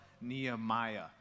Nehemiah